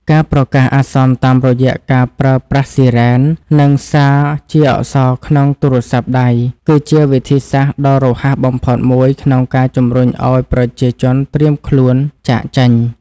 ការប្រកាសអាសន្នតាមរយៈការប្រើប្រាស់ស៊ីរ៉ែន និងសារជាអក្សរក្នុងទូរស័ព្ទដៃគឺជាវិធីសាស្ត្រដ៏រហ័សបំផុតមួយក្នុងការជម្រុញឱ្យប្រជាជនត្រៀមខ្លួនចាកចេញ។